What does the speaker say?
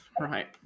Right